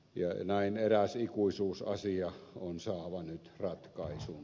ja näin eräs ikuisuusasia on saava nyt ratkaisunsa